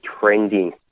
trending